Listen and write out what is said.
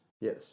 Yes